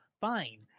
Fine